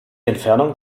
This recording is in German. entfernung